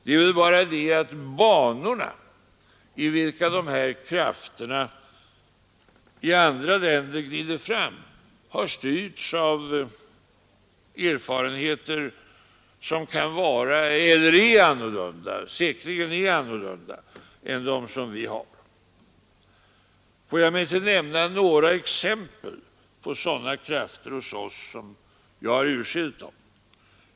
Det är bara det att de banor i vilka dessa krafter i andra länder glider fram har styrts av erfarenheter som säkerligen är annorlunda än de erfarenheter vi har. Jag vill emellertid nämna några exempel på sådana krafter hos oss, som jag har urskilt dem.